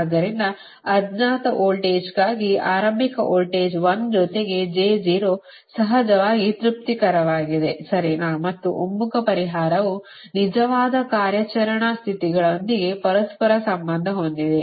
ಆದ್ದರಿಂದ ಅಜ್ಞಾತ ವೋಲ್ಟೇಜ್ಗಾಗಿ ಆರಂಭಿಕ ವೋಲ್ಟೇಜ್ 1 ಜೊತೆಗೆ j 0 ಸಹಜವಾಗಿ ತೃಪ್ತಿಕರವಾಗಿದೆ ಸರಿನಾ ಮತ್ತು ಒಮ್ಮುಖ ಪರಿಹಾರವು ನಿಜವಾದ ಕಾರ್ಯಾಚರಣಾ ಸ್ಥಿತಿಗಳೊಂದಿಗೆ ಪರಸ್ಪರ ಸಂಬಂಧ ಹೊಂದಿದೆ